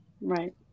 Right